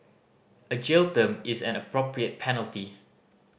a jail term is an appropriate penalty